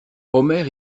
omer